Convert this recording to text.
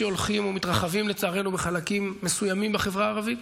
שהולכות ומתרחבות לצערנו בחלקים מסוימים בחברה הערבית,